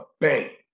bang